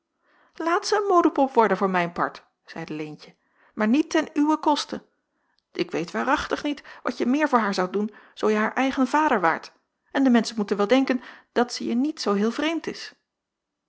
laat zij een modepop worden voor mijn part zeide leentje maar niet ten uwen koste ik weet waarachtig niet wat je meer voor haar zoudt doen zoo je haar eigen vader waart en de menschen moeten wel denken dat ze je niet zoo heel vreemd is